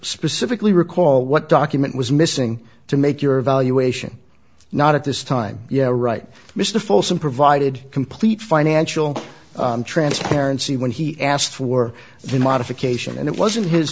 specifically recall what document was missing to make your evaluation not at this time yeah right mr folsom provided complete financial transparency when he asked for the modification and it wasn't his